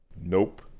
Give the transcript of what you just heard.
Nope